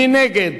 מי נגד?